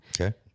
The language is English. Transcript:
Okay